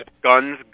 guns